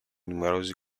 numerosi